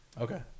Okay